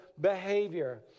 behavior